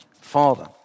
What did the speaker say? father